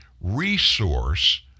resource